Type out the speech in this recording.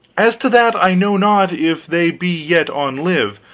as to that, i know not if they be yet on live,